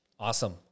Awesome